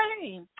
hey